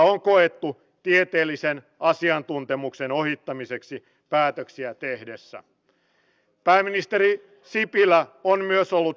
eivät ne tänne pohjolaan tulisi jos täällä olisi samanlaiset keinot käytössä kuin siellä